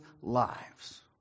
lives